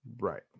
Right